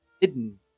hidden